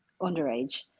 underage